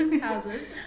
Houses